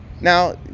now